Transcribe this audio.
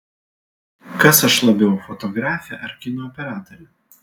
kas aš labiau fotografė ar kino operatorė